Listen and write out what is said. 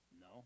No